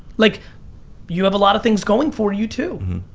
like you have a lot of things going for you too.